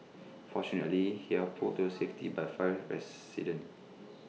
fortunately he had pulled to safety by five residents